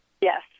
Yes